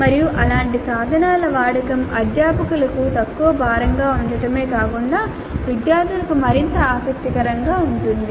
మరియు అలాంటి సాధనాల వాడకం అధ్యాపకులకు తక్కువ భారంగా ఉండటమే కాకుండా విద్యార్థులకు మరింత ఆసక్తికరంగా ఉంటుంది